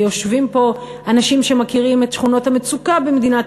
ויושבים פה אנשים שמכירים את שכונות המצוקה במדינת